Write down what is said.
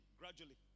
gradually